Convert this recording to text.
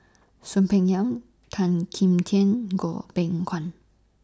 Soon Peng Yam Tan Kim Tian Goh Beng Kwan